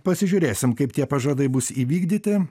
pasižiūrėsim kaip tie pažadai bus įvykdyti